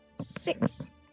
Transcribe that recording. Six